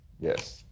Yes